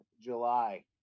July